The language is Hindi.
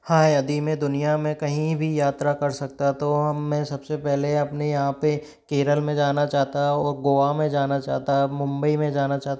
हाँ यदि मैं दुनिया में कहीं भी यात्रा कर सकता तो मैं सबसे पहले अपने यहाँ पे केरल में जाना चाहता और गोवा में जाना चाहता मुंबई में जाना चाहता